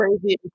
crazy